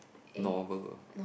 normal